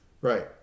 right